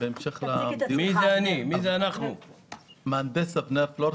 אני מהנדס אבנר פלור,